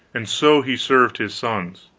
and so he served his sons.